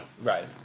Right